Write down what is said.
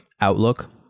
outlook